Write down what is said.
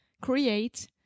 create